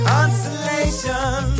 Consolation